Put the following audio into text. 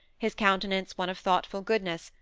his countenance one of thoughtful goodness,